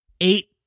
eight